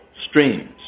streams